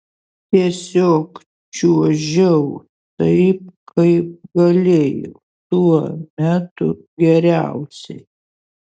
tiesiog čiuožiau taip kaip galėjau tuo metu geriausiai